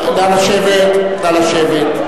נא לשבת.